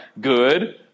good